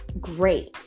great